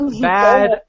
bad